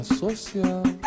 social